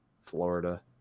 Florida